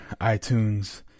iTunes